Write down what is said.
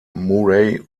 murray